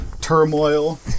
turmoil